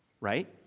right